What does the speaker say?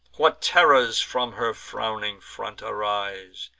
what terrors from her frowning front arise!